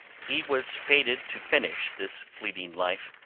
he was fated to finish this fleeting life,